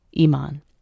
iman